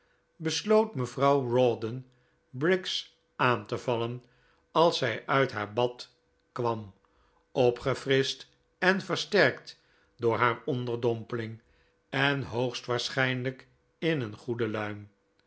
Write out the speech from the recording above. mevrouw rawdon briggs aan te vallen als zij uit haar bad kwam opgefrischt en versterkt door haar onderdompeling en hoogstwaarschijnlijk in een goede luim